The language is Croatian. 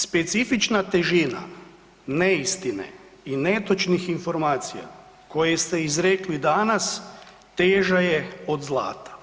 Specifična težina neistine i netočnih informacija koje ste izrekli danas teža je od zlata.